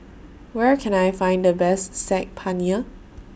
Where Can I Find The Best Saag Paneer